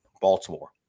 Baltimore